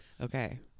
Okay